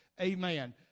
Amen